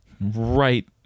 right